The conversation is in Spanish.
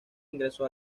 ingresó